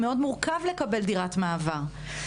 מאוד מורכב לקבל דירת מעבר.